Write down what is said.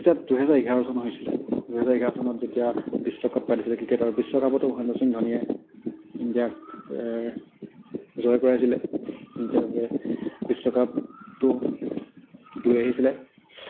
তেতিয়া দুহেজাৰ এঘাৰ চন হৈছিলে দুহেজাৰ এঘাৰ চনত যেতিয়া বিশ্বকাপ পাতিছিলে ক্ৰিকেটৰ বিশ্বকাপতো মহেন্দ্ৰ সিং ধোনীয়ে ইণ্ডিয়াক জয় কৰাইছিলে ইণ্ডিয়াৰ বাবে বিশ্বকাপটো লৈ আহিছিলে